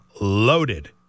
loaded